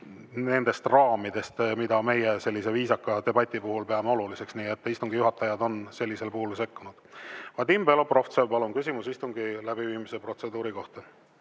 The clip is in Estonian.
nendest raamidest, mida meie viisaka debati puhul peame oluliseks. Nii et istungi juhatajad on sellisel puhul sekkunud. Vadim Belobrovtsev, palun, küsimus istungi läbiviimise protseduuri kohta!